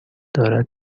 دارد